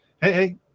hey